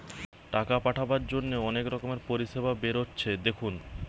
টাকা পাঠাবার জন্যে অনেক রকমের পরিষেবা বেরাচ্ছে দেখুন